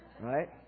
Right